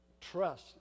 trust